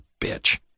bitch